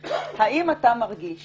האחרים, האם אתה מרגיש